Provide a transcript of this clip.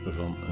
van